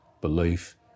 belief